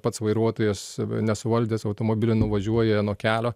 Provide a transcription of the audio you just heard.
pats vairuotojas nesuvaldęs automobilio nuvažiuoja nuo kelio